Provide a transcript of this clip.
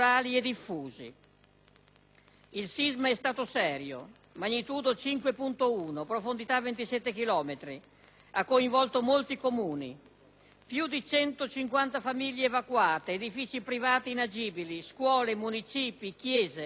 Il sisma è stato serio: magnitudo 5,1, profondità 27 chilometri. Ha coinvolto molti comuni; più di 150 famiglie evacuate, edifici privati inagibili, scuole, municipi, chiese, castelli,